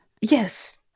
Yes